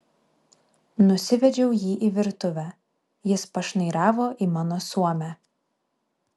nusivedžiau jį į virtuvę jis pašnairavo į mano suomę